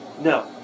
No